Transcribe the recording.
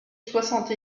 soixante